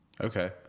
Okay